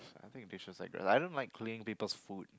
I think dishes like I don't like cleaning people's food